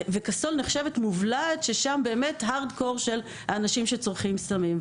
וקאסול נחשבת מובלעת של הארד קור של האנשים שצורכים סמים.